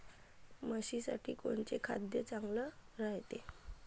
म्हशीसाठी कोनचे खाद्य चांगलं रायते?